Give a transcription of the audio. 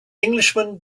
englishman